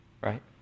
Right